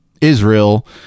Israel